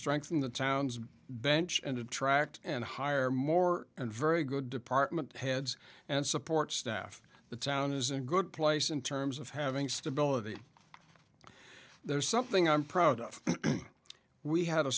strengthen the town's bench and attract and hire more and very good department heads and support staff the town is a good place in terms of having stability there's something i'm proud of we had a